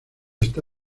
está